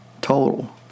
total